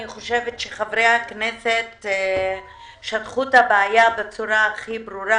אני חושבת שחברי הכנסת שטחו את הבעיה בצורה הכי ברורה.